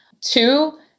Two